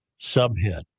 Subhead